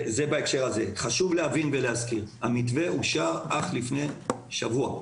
חשוב להבין ולהזכיר: המתווה אושר אך לפני שבוע.